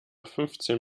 fünfzehn